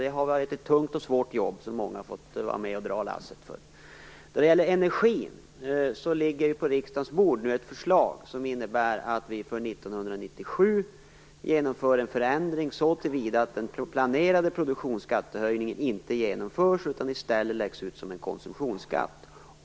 Det har varit ett både tungt och svårt jobb, och många har fått vara med och dra det lasset. Vad gäller energin ligger nu på riksdagens bord ett förslag som innebär att vi för 1997 genomför en förändring så till vida att den proklamerade produktionsskattehöjningen inte genomförs. I stället läggs den ut som en konsumtionsskatt.